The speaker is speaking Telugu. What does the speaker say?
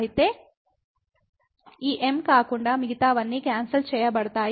అయితే ఈ m కాకుండా మిగతావన్నీ క్యాన్సల్ చేయబడతాయి